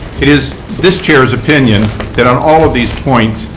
it is this chair's opinion that on all of these points,